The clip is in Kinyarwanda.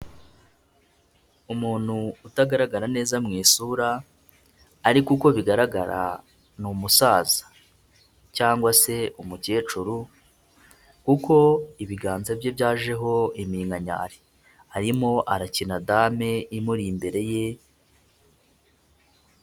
Umuntu utagaragara neza mu isura, ariko uko bigaragara, ni umusaza. Cyangwa se umukecuru, kuko ibiganza bye byajeho iminkanyari. Arimo arakina dame, imuri imbere ye...